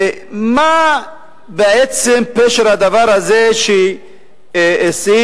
מה בעצם פשר הדבר הזה שסעיף